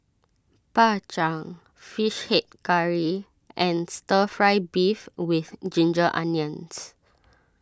Bak Chang Fish Head Curry and Stir Fry Beef with Ginger Onions